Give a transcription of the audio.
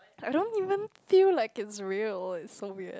I don't even feel like it's real it's so weird